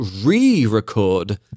re-record